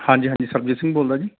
ਹਾਂਜੀ ਹਾਂਜੀ ਸਰਬਜੀਤ ਸਿੰਘ ਬੋਲਦਾ ਜੀ